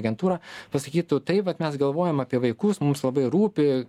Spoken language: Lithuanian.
agentūra pasakytų taip vat mes galvojom apie vaikus mums labai rūpi